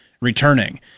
returning